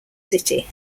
city